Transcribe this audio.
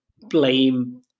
blame